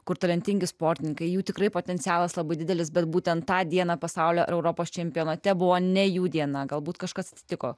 kur talentingi sportininkai jų tikrai potencialas labai didelis bet būtent tą dieną pasaulio europos čempionate buvo ne jų diena galbūt kažkas atsitiko